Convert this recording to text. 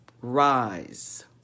Rise